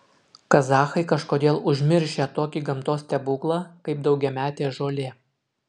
kazachai kažkodėl užmiršę tokį gamtos stebuklą kaip daugiametė žolė